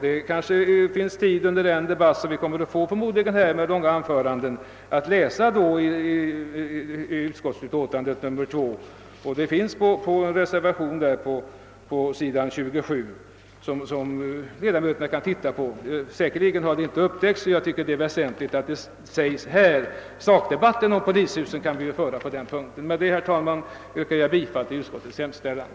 Det kanske blir tid under den debatt, som vi förmodligen kommer att få med långa anföranden på den punkten att läsa i utskottsutlåtandet nr 2 att det finns en reservation på s. 27 som ledamöterna kan ta del av. Säkerligen har den inte upptäckts. Jag tycker att det är väsentligt att det sägs här. Sakdebatten om polishuset kan ju föras på den punkten. Jag ber, herr talman, att få yrka bifall till utskottets hemställan.